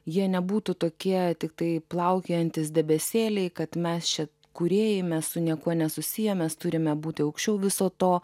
jie nebūtų tokie tiktai plaukiojantys debesėliai kad mes čia kūrėjai mes su niekuo nesusiję mes turime būti aukščiau viso to